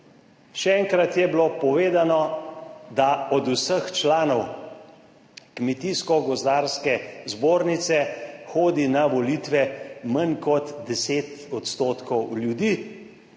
Še enkrat je bilo povedano, da od vseh članov Kmetijsko gozdarske zbornice hodi na volitve manj kot 10 odstotkov ljudi.